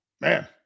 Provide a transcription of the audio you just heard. Man